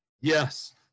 Yes